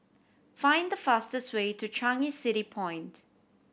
find the fastest way to Changi City Point